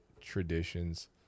traditions